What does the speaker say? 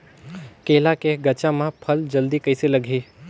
केला के गचा मां फल जल्दी कइसे लगही?